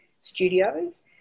studios